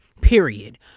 period